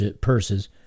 purses